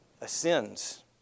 ascends